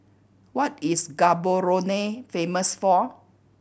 what is Gaborone famous for